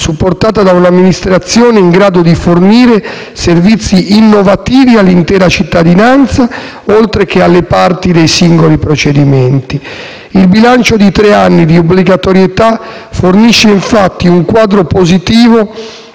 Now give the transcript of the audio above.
supportata da un'amministrazione in grado di fornire servizi innovativi all'intera cittadinanza, oltre che alle parti dei singoli procedimenti. Il bilancio di tre anni di obbligatorietà fornisce infatti un quadro positivo